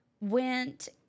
went